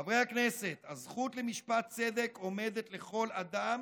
חברי הכנסת, הזכות למשפט צדק עומדת לכל אדם